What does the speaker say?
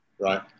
right